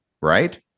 right